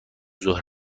ظهر